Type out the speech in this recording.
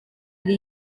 yari